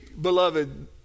beloved